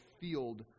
field